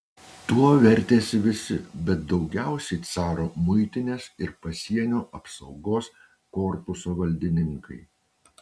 tuo vertėsi visi bet daugiausiai caro muitinės ir pasienio apsaugos korpuso valdininkai